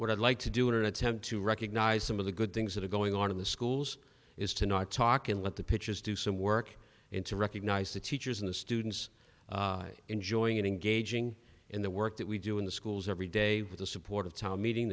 what i'd like to do in an attempt to recognize some of the good things that are going on in the schools is to not talk and let the pitches do some work and to recognize the teachers in the students enjoying it engaging in the work that we do in the schools every day with the support of town meeting